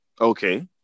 Okay